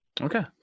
Okay